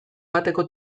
bateko